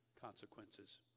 consequences